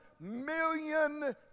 million